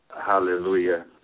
Hallelujah